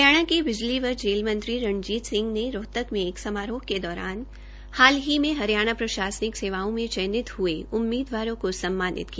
हरियाणा के बिजली व जेल मंत्री रणजीत सिंह ने रोहतक में एक समारोह के दौरान हाल ही में हरियाणा प्रशासनिक सेवाओं में चयनित हुए उम्मीदवारों को सम्मानित किया